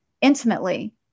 intimately